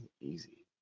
easy